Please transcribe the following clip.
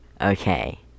Okay